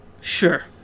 Sure